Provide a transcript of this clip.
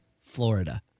Florida